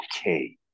okay